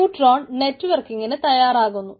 neutron നെറ്റ്വർക്കിങ്ങിന് തയ്യാറാകുന്നു